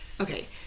Okay